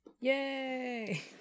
Yay